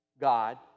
God